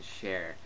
share